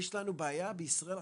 יש לנו בעיה בישראל,